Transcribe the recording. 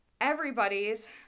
everybody's